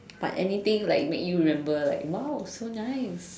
but anything like make you remember like !wow! it's so nice